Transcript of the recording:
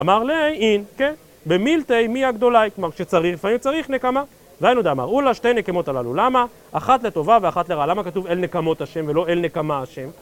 אמר לעין, כן, במילתי מי הגדולה, כלומר, כשצריך, לפעמים צריך נקמה ואין עוד אמר, אולה שתי נקמות הללו, למה, אחת לטובה ואחת לרעה, למה כתוב אל נקמות השם ולא אל נקמה השם?